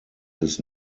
his